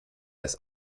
des